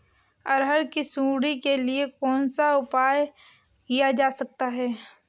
अरहर की सुंडी के लिए कौन सा उपाय किया जा सकता है?